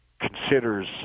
considers